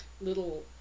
little